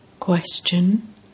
Question